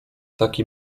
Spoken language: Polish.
taki